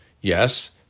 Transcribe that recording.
Yes